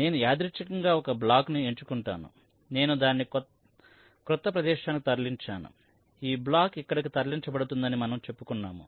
నేను యాదృచ్ఛికంగా ఒక బ్లాక్ను ఎంచుకుంటాను నేను దానిని క్రొత్త ప్రదేశానికి తరలించాను ఈ బ్లాక్ ఇక్కడకు తరలించబడుతుందని మనము చెప్పుకున్నాము